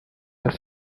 the